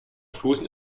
flusen